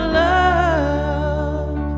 love